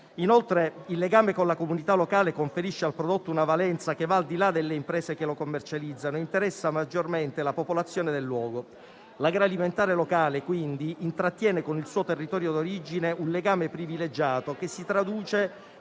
Inoltre, il legame con la comunità locale conferisce al prodotto una valenza che va al di là delle imprese che lo commercializzano e interessa maggiormente la popolazione del luogo. L'agroalimentare locale, quindi, intrattiene con il suo territorio d'origine un legame privilegiato, che si traduce